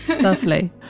Lovely